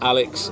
Alex